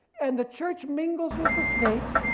and the church mingles with the state,